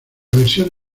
versión